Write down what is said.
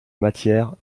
matière